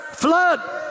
Flood